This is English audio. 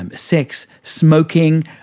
and sex, smoking,